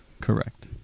correct